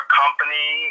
company